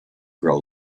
grow